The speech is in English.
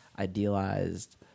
idealized